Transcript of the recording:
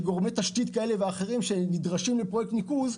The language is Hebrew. כאשר מתקצבים ישירות גורמי תשתית כאלו ואחרים שנדרשים לפרויקט ניקוז.